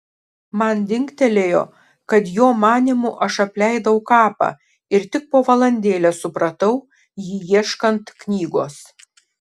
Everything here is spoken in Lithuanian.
man dingtelėjo kad jo manymu aš apleidau kapą ir tik po valandėlės supratau jį ieškant knygos